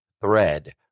thread